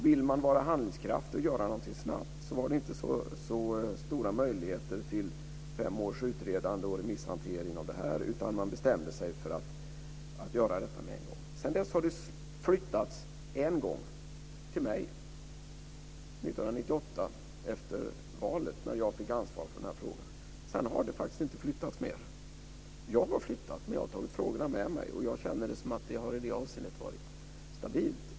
Ville man då vara handlingskraftig och göra någonting snabbt fanns det inte så stora möjligheter till fem års utredande och remisshantering, utan man bestämde sig för att göra detta med en gång. Sedan dess har det flyttats en gång - till mig 1998, efter valet, då jag fick ansvar för de här frågorna. Sedan har det faktiskt inte flyttats mer. Jag har flyttat, men jag har tagit frågorna med mig. Jag känner det som att det i det avseendet har varit stabilt.